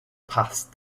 past